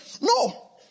No